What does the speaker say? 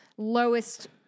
Lowest